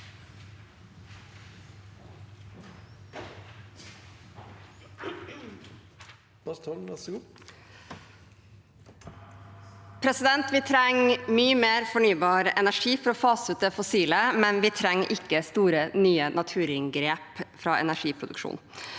Vi trenger mye mer fornybar energi for å fase ut det fossile, men vi trenger ikke store, nye naturinngrep fra energiproduksjon.